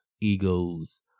egos